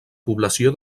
població